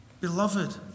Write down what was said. Beloved